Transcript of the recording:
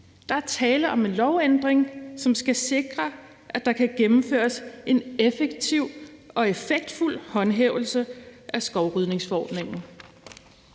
Der er tale om en lovændring, som skal sikre, at der kan gennemføres en effektiv og effektfuld håndhævelse af skovrydningsforordningen.